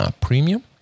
premium